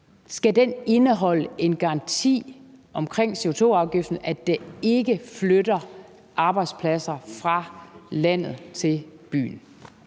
indeholde en garanti om, at CO2-afgiften ikke flytter arbejdspladser fra landet til byen?